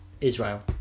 Israel